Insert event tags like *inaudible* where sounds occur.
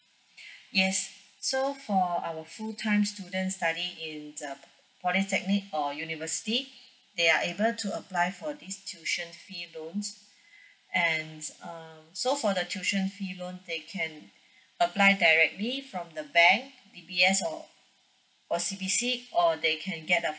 *breath* yes so for our full time student study in the polytechnic or university they are able to apply for this tuition fee loans *breath* and uh so for the tuition fee loan they can *breath* apply directly from the bank D_B_S or O_C_B_C or they can get a